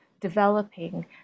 developing